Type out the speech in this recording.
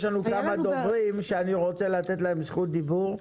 יש לנו כמה דוברים שאני רוצה לתת להם את זכות הדיבור.